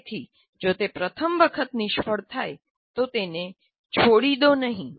તેથી જો તે પ્રથમ વખત નિષ્ફળ જાય તો તેને છોડી દો નહીં